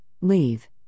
leave